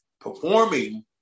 performing